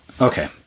okay